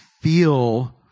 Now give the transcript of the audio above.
feel